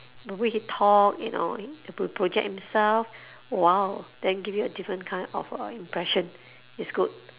the way he talk you know pro~ project himself !wow! then give you a different kind of uh impression is good